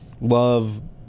love